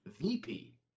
VP